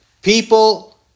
People